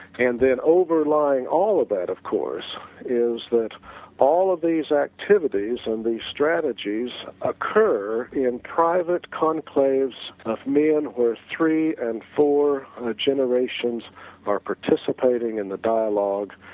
and then overlying all of that of course is that all of these activities and the strategies occur in private conclaves of man where three and four generations are participating in the dialogue,